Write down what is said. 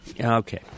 Okay